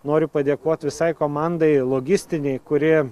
noriu padėkot visai komandai logistinei kuri